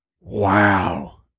Wow